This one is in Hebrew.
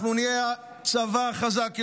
אנחנו נהיה צבא חזק יותר,